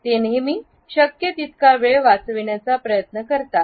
ते नेहमी शक्य तितका वेळ वाचवण्याचा प्रयत्न करतात